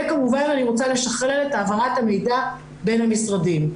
וכמובן אני רוצה לשחרר את העברת המידע בין המשרדים.